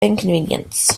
inconvenience